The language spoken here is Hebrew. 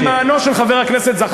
למענו של חבר הכנסת זחאלקה,